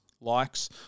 likes